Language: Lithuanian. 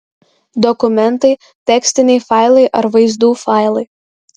dokumentai tekstiniai failai ar vaizdų failai